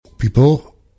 people